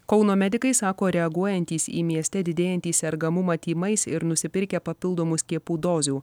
kauno medikai sako reaguojantys į mieste didėjantį sergamumą tymais ir nusipirkę papildomų skiepų dozių